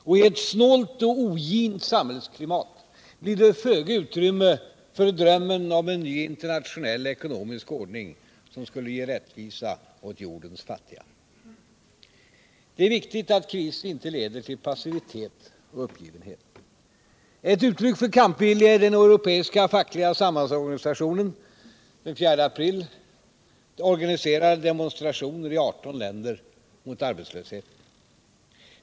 Och i ett snålt och ogint samhällsklimat blir det föga utrymme för drömmen om en ny internationell ekonomisk ordning som skulle ge rättvisa åt jordens fattiga. Det är viktigt att krisen inte leder till passivitet och uppgivenhet. Ett uttryck för kampvilja är att den europeiska fackliga samarbetsorganisationen den 4 april organiserar demonstrationer i 18 länder mot arbetslösheten.